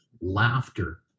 laughter